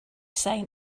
sign